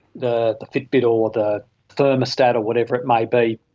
the the fitbit or the thermostat or whatever it may be,